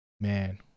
man